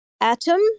atom